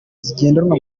zigendanwa